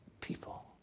people